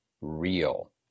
real